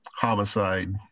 homicide